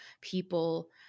people